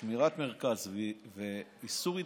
שמירת מרחק ואיסור התקהלויות,